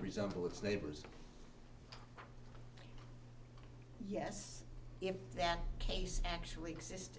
resemble its neighbors yes if that case actually exist